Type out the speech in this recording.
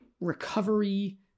recovery